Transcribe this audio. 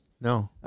No